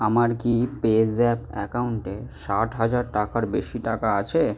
আমার কি পেজ্যাপ অ্যাকাউন্টে ষাট হাজার টাকার বেশি টাকা আছে